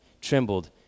trembled